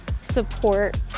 support